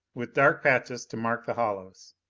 with dark patches to mark the hollows.